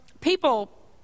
people